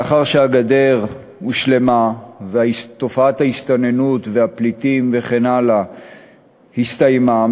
לאחר שהגדר הושלמה ותופעת ההסתננות והפליטים וכן הלאה הסתיימה,